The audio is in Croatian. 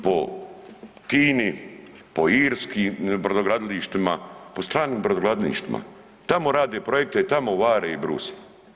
Po Kini, po irskim brodogradilištima, po stranim brodogradilištima tamo rade projekte, tamo vare i bruse.